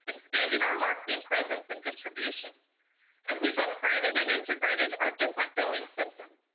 expanding our marketing presence in distribution and we've upgraded and integrated our different billing system.